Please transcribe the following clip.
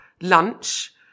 lunch